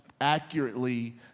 accurately